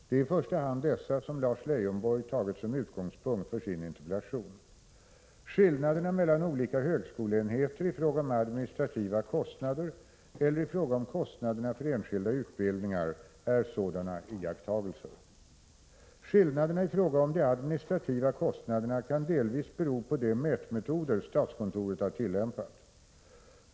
Det är i första hand dessa som Lars Leijonborg tagit som utgångspunkt för sin interpellation. Skillnaderna mellan olika högskoleenheter i fråga om administrativa kostnader eller i fråga om kostnaderna för enskilda utbildningar är sådana iakttagelser. Skillnaderna i fråga om de administrativa kostnaderna kan delvis bero på de mätmetoder statskontoret har tillämpat.